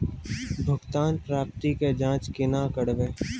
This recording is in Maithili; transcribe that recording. भुगतान प्राप्ति के जाँच कूना करवै?